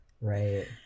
Right